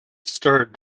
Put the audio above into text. stirred